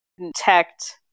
detect